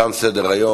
תם סדר-היום.